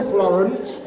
Florence